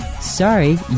sorry